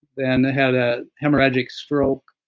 then had a hemorrhagic stroke.